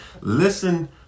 Listen